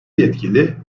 yetkili